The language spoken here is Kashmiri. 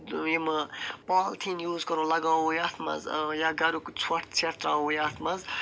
یِمہِ پالتھیٖن یوٗز کرو لگاوو یتھ منٛز یا گریُک ژھۄٹھ ژٮ۪ٹھ تراوو یتھ منٛز